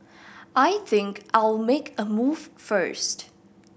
I think I'll make a move first